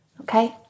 Okay